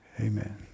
Amen